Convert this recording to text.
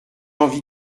envie